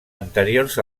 anteriors